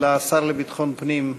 אלא השר לביטחון פנים,